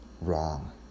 wrong